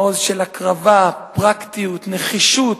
מעוז של הקרבה, פרקטיות, נחישות,